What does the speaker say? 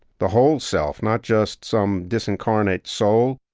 the whole self, not just some disincarnate soul